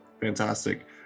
fantastic